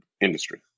industry